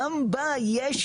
גם בה יש